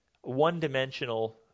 one-dimensional